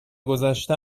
گذشته